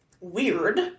Weird